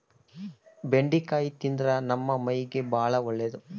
ಬೆಂಡಿಕಾಯಿ ತಿಂದ್ರ ನಮ್ಮ ಮೈಗೆ ಬಾಳ ಒಳ್ಳೆದು